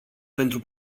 pentru